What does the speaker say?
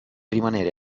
rimanere